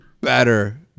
better